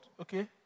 Okay